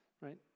right